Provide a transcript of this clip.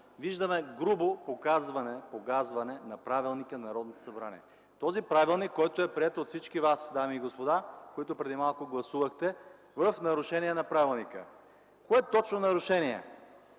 виждаме грубо погазване на правилника на Народното събрание – този правилник, който е приет от всички вас, дами и господа, които преди малко гласувахте – в нарушение на правилника! Кое точно нарушение?